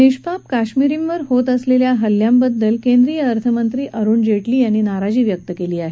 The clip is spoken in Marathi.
निष्पाप कश्मीरींवर होत असलेल्या हल्ल्यांबद्दल केंद्रीय अर्थमंत्री अरुण जेटली यांनी नाराजी व्यक्त केली आहे